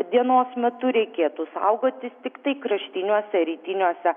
dienos metu reikėtų saugotis tiktai kraštiniuose rytiniuose